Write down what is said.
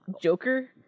Joker